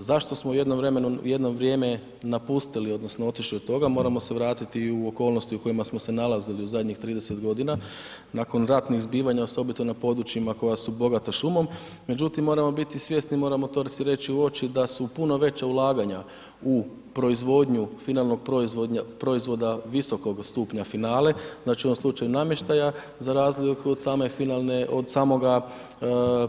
Zašto smo jedno vrijeme napustili odnosno otišli od toga, moramo se vratiti u okolnosti u kojima smo se nalazili u zadnjih 30 g. nakon ratnih zbivanja osobito na područjima koja su bogata šumom međutim moramo biti svjesni i moramo to si reći u oči da su puno veća ulaganja u proizvodnju finalnog proizvoda visokog stupnja finale, znači u ovom slučaju namještaja za razliku od same